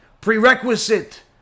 prerequisite